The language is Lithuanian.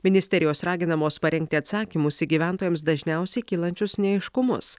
ministerijos raginamos parengti atsakymus į gyventojams dažniausiai kylančius neaiškumus